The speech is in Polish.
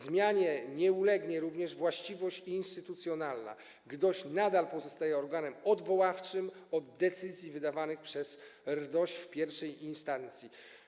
Zmianie nie ulegnie również właściwość instytucjonalna - GDOŚ pozostanie organem odwoławczym od decyzji wydawanych przez RDOŚ w pierwszej instancji.